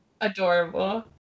Adorable